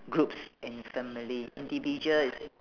groups and family individual is